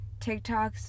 tiktoks